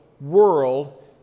world